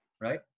Right